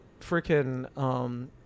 freaking